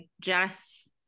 Jess